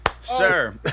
sir